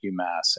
umass